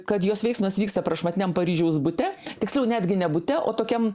kad jos veiksmas vyksta prašmatniam paryžiaus bute tiksliau netgi ne bute o tokiam